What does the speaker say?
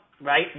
right